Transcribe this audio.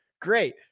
Great